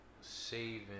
saving